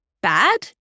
bad